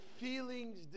feelings